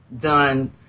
done